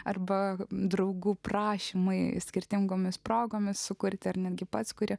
arba draugų prašymai skirtingomis progomis sukurti ar netgi pats kuri